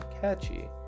catchy